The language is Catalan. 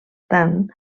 tant